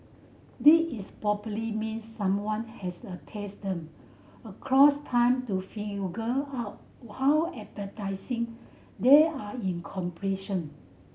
this is probably mean someone has a taste them across time to out how appetising they are in comparison